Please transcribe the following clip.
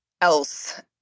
else